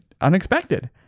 unexpected